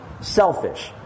selfish